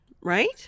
Right